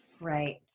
right